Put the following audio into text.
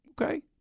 Okay